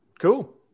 Cool